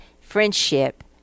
friendship